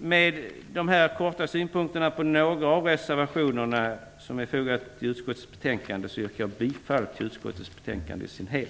Med de här synpunkterna på några av de reservationer som är fogade till utskottets betänkande yrkar jag bifall till utskottets hemställan i dess helhet.